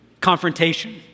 confrontation